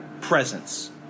presence